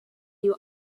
you